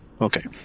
Okay